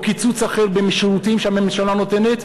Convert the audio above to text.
או קיצוץ אחר בשירותים שהממשלה נותנת,